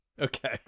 Okay